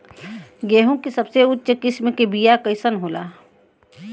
गेहूँ के सबसे उच्च किस्म के बीया कैसन होला?